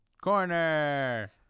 Corner